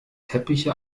teppiche